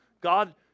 God